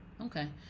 okay